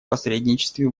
посредничестве